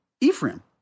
Ephraim